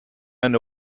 eine